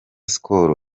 skol